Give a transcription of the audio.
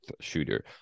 shooter